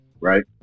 right